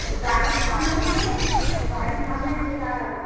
এই বাড়ির সামনে দিয়ে বাড়ির সামনে এসে দাঁড়াবে